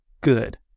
good